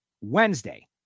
Wednesday